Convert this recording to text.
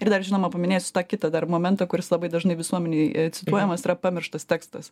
ir dar žinoma paminėsiu tą kitą dar momentą kuris labai dažnai visuomenėj cituojamas yra pamirštas tekstas